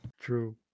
True